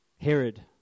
Herod